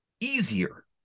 easier